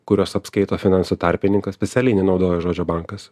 kuriuos apskaito finansų tarpininkas specialiai nenaudoju žodžio bankas